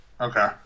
Okay